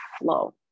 flow